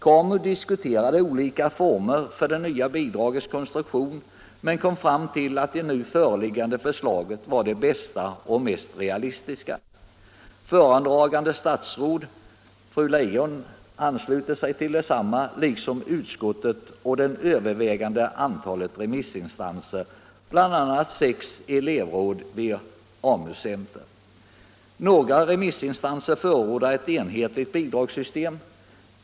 KAMU diskuterade olika former för det nya bidragets konstruktion men kom fram till att det nu föreliggande förslaget var det bästa och mest realistiska. Föredragande statsrådet fru Leijon ansluter sig också till detsamma liksom utskottet och det övervägande antalet remissinstanser, bl.a. sex elevråd vid AMU-center. Några remissinstanser förordar ett enhetligt bidragssystem.